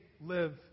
live